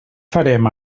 farem